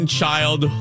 child